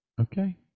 okay